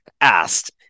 asked